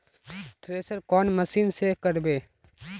Thresher कौन machine से करबे?